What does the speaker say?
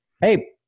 hey